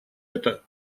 это